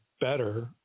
better